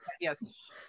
Yes